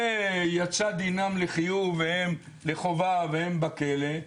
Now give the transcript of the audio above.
ויצא דינם לחובה והם בכלא,